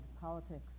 politics